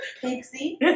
Pixie